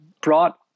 brought